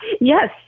Yes